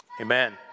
Amen